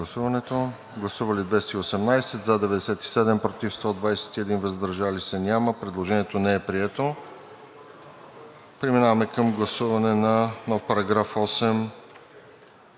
представители: за 97, против 121, въздържали се няма. Предложението не е прието. Преминаваме към гласуване на нов § 8